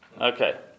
okay